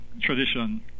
tradition